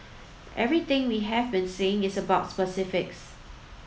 everything we have been saying is about specifics